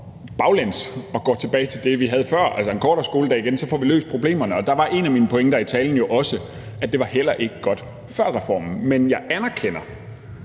baglæns og igen går tilbage til det, vi havde før, altså en kortere skoledag, får vi løst problemerne, og dér var en af mine pointer i talen også, at det heller ikke var godt før reformen. Men jeg anerkender